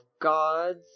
gods